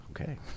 Okay